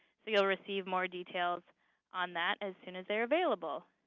so you'll receive more details on that as soon as they're available.